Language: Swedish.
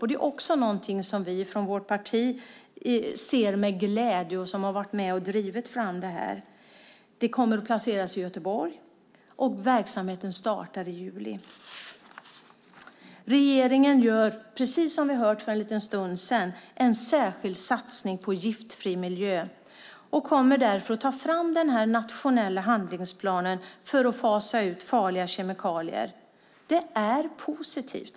Det är något som Folkpartiet drivit och emotser med glädje. Den kommer att placeras i Göteborg, och verksamheten startar i juli. Regeringen gör, precis som vi nyss hörde, en särskild satsning på giftfri miljö och kommer därför att ta fram den nationella handlingsplanen för att fasa ut farliga kemikalier. Det är positivt.